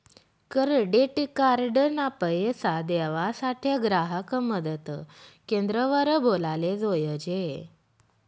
credit card ना पैसा देवासाठे ग्राहक मदत क्रेंद्र वर बोलाले जोयजे